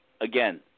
again